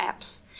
apps